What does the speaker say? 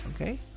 okay